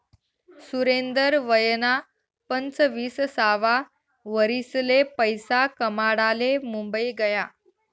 सुरेंदर वयना पंचवीससावा वरीसले पैसा कमाडाले मुंबई गया